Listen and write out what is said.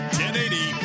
1080